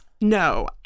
No